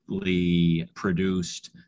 produced